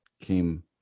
came